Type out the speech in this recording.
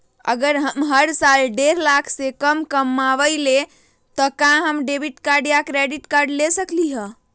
अगर हम हर साल डेढ़ लाख से कम कमावईले त का हम डेबिट कार्ड या क्रेडिट कार्ड ले सकली ह?